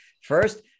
First